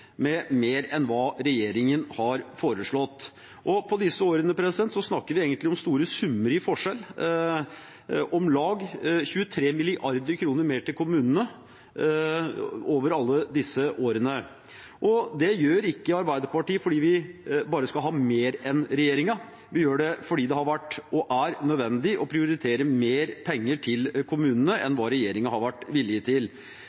med mer enn det regjeringen har foreslått. På disse årene snakker vi om store summer i forskjell – om lag 23 mrd. kr mer til kommunene over alle disse årene. Det gjør ikke Arbeiderpartiet bare fordi vi skal ha mer enn regjeringen. Vi gjør det fordi det har vært og er nødvendig å prioritere mer penger til kommunene enn det regjeringen har vært villig til.